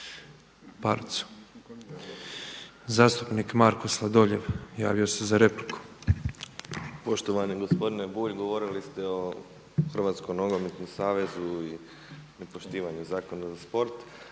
palicu. Zastupnik Marko Sladoljev javio se za repliku. **Sladoljev, Marko (MOST)** Poštovani gospodine Bulj govorili ste o Hrvatskom nogometnom savezu i nepoštivanju Zakona za sport.